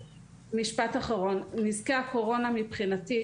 נזקי הקורונה מבחינתי,